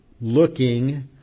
looking